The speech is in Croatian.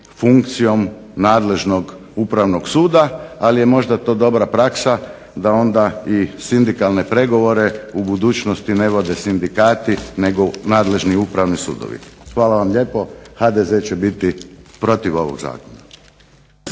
funkcijom nadležnog upravnog suda, ali je možda to dobra praksa da onda i sindikalne pregovore u budućnosti ne vode sindikati nego nadležni upravni sudovi. Hvala vam lijepo. HDZ će biti protiv ovog zakona.